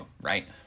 right